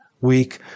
week